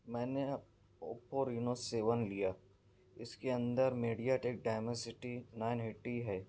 میں نے Oppo Reno seven لیا اس کے اندر MediaTek Dimensity nine eighty ہے